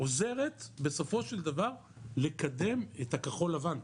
עוזרת בסופו של דבר לקדם את הכחול לבן.